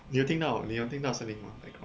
你有听到你有听到声音吗